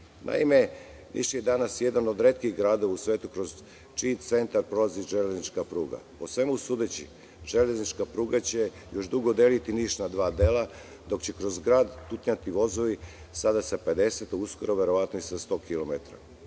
Niš je danas jedan od retkih gradova u svetu kroz čiji centar prolazi železnička pruga. Po svemu sudeći, železnička pruga će još dugo deliti Niš na dva dela, dok će kroz grad tutnjati vozovi, sada sa 50, a uskoro verovatno i sa 100 kilometara